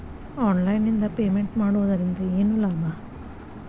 Online ನಿಂದ payment ಮಾಡುವುದರಿಂದ ಏನು ಲಾಭ?